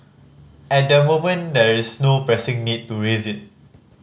at the moment there's no pressing need to raise it